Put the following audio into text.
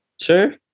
sure